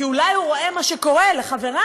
כי אולי הוא רואה מה שקורה לחבריו,